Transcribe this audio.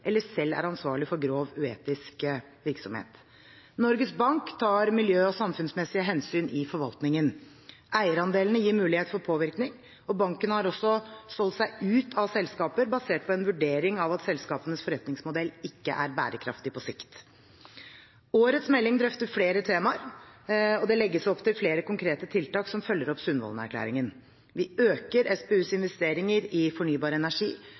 eller selv er ansvarlig for grovt uetisk virksomhet. Norges Bank tar miljø- og samfunnsmessige hensyn i forvaltningen. Eierandelene gir mulighet for påvirkning. Banken har også solgt seg ut av selskaper basert på en vurdering av at selskapenes forretningsmodell ikke er bærekraftig på sikt. Årets melding drøfter flere temaer, og det legges opp til flere konkrete tiltak som følger opp Sundvolden-erklæringen. Vi øker SPUs investeringer i fornybar energi